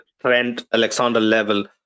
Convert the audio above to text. Trent-Alexander-Level